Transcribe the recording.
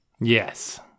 Yes